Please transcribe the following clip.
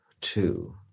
Two